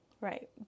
right